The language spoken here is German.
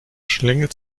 schlängelt